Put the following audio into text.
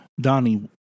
Donnie